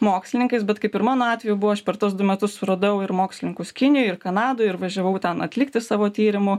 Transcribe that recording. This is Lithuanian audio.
mokslininkais bet kaip ir mano atveju buvo aš per tuos du metus suradau ir mokslininkus kinijoj ir kanadoj ir važiavau ten atlikti savo tyrimų